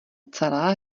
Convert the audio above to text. celá